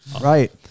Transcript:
Right